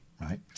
right